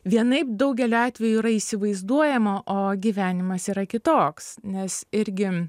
vienaip daugeliu atvejų yra įsivaizduojama o gyvenimas yra kitoks nes irgi